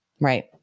Right